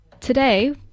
Today